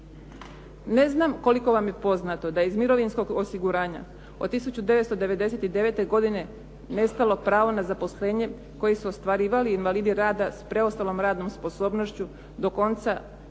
Ne znam koliko vam je poznato da je iz mirovinskog osiguranja od 1999. godine nestalo pravo na zaposlenje koje su ostvarivali invalidi rada s preostalom radnom sposobnošću do konca 1998.